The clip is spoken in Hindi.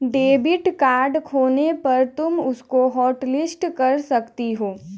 डेबिट कार्ड खोने पर तुम उसको हॉटलिस्ट कर सकती हो